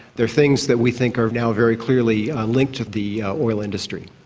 they're things that we think are now very clearly linked to the oil industry.